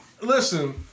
listen